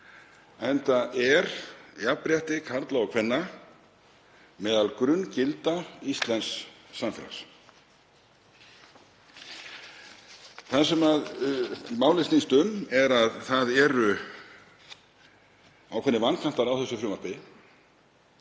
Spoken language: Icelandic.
enda er jafnrétti karla og kvenna meðal grunngilda íslensks samfélags. Það sem málið snýst um er að það eru ákveðnir vankantar á frumvarpinu